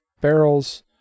barrels